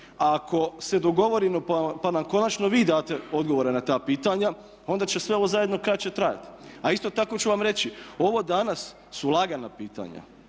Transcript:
Ako se dogovorimo pa nam konačno vi date odgovore na ta pitanja onda će sve ovo zajedno kraće trajati. A isto tako ću vam reći ovo danas su lagana pitanja,